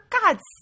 God's